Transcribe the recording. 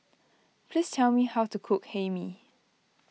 please tell me how to cook Hae Mee